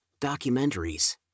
documentaries